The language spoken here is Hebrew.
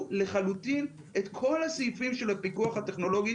לחלוטין את כל הסעיפים של הפיקוח הטכנולוגי,